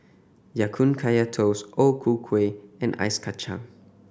Ya Kun Kaya Toast O Ku Kueh and Ice Kachang